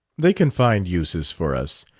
they can find uses for us.